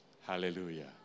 Hallelujah